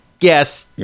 Yes